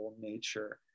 nature